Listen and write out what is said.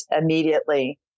immediately